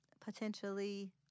potentially